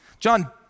John